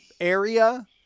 area